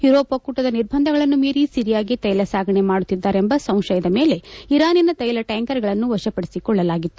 Europe ಒಕ್ಕೂಟದ ನಿರ್ಬಂಧಗಳನ್ನು ಮೀರಿ ಸಿರಿಯಾಗೆ ತೈಲ ಸಾಗಣೆ ಮಾಡುತ್ತಿದ್ದಾರೆಂಬ ಸಂಶಯದ ಮೇಲೆ ಇರಾನಿನ ತ್ನೆಲ ಟ್ಲಾಂಕರ್ಗಳನ್ನು ವಶಪಡಿಸಿಕೊಳ್ಳಲಾಗಿತ್ತು